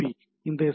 B இந்த S